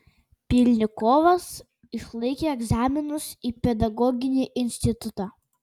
pylnikovas išlaikė egzaminus į pedagoginį institutą